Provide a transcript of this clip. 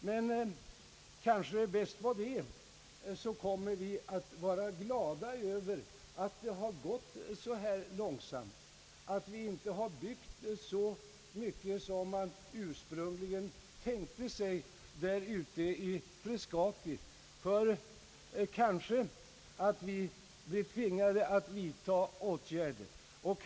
Men rätt som det är kommer vi kanske att vara glada över att det gått så långsamt och att vi inte byggt så mycket i Frescati, som man ursprungligen tänkte sig, ty vi blir kanske tvingade att vidta åtgärder.